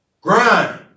grind